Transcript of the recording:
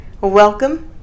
Welcome